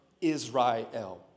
Israel